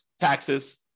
taxes